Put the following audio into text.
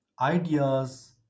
ideas